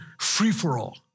free-for-all